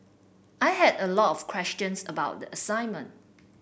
I had a lot of questions about the assignment